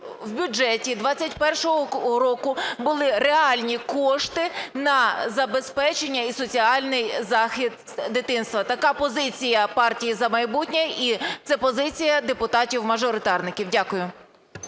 в бюджеті 21-го року були реальні кошти на забезпечення і соціальний захист дитинства. Така позиція партії "За майбутнє" і це позиція депутатів-мажоритарників. Дякую.